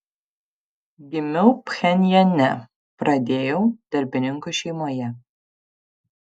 gimiau pchenjane pradėjau darbininkų šeimoje